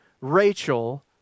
Rachel